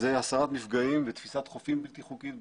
זה הסרת מפגעים ותפיסת חופים בלתי חוקית בחוף.